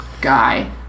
guy